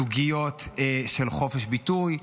סוגיות של חופש ביטוי,